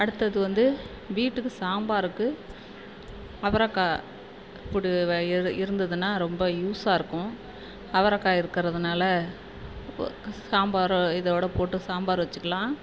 அடுத்தது வந்து வீட்டுக்கு சாம்பாருக்கு அவரக்காய் புடு வயரு இருந்ததுன்னால் ரொம்ப யூஸாக இருக்கும் அவரக்காய் இருக்கிறதுனால ஓ சாம்பாரும் இதோடு போட்டு சாம்பார் வெச்சுக்கிலாம்